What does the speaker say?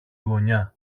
γωνιά